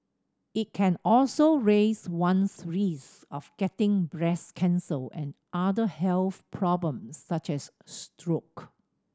it can also raise one's risk of getting breast cancer and other health problems such as stroke